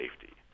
safety